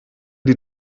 die